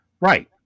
Right